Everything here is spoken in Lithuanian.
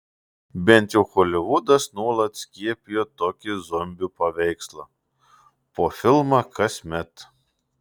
bent jau holivudas nuolat skiepijo tokį zombių paveikslą po filmą kasmet